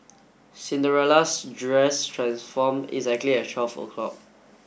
Cinderella's dress transformed exactly at twelve o'clock